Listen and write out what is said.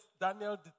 Daniel